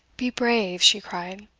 be brave, she cried,